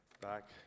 back